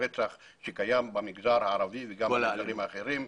הרצח שקיים במגזר הערבי ובמגזרים האחרים.